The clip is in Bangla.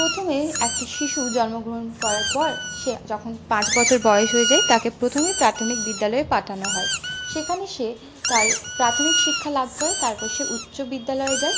প্রথমে একটি শিশু জন্মগ্রহণ করার পর সে যখন পাঁচ বছর বয়স হয়ে যায় তাকে প্রথমে প্রাথমিক বিদ্যালয়ে পাঠানো হয় সেখানে সে তার প্রাথমিক শিক্ষালাভ করে তারপর সে উচ্চবিদ্যালয়ে যায়